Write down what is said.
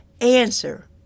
Answer